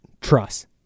Trust